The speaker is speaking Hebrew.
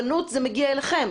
למה מהרבנות זה מגיע אליכם?